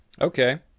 Okay